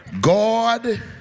God